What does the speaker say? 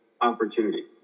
opportunity